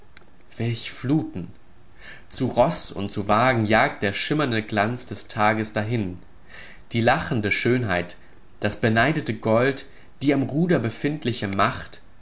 welch fluten zu roß und zu wagen jagt der schimmernde glanz des tages dahin die lachende schönheit das beneidete gold die am ruder befindliche macht